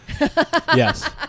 yes